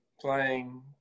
playing